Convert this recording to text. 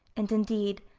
and, indeed,